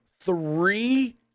three